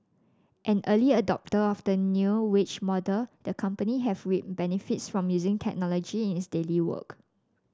an early adopter of the new wage model the company has reaped benefits from using technology in its daily work